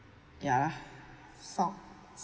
ya lah sorts